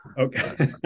Okay